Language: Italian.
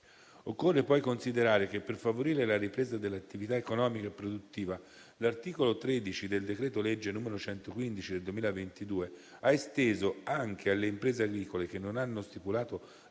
Occorre poi considerare che per favorire la ripresa dell'attività economica e produttiva l'articolo 13 del decreto-legge n. 115 del 2022 ha esteso anche alle imprese agricole che non hanno stipulato